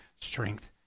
strength